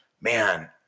man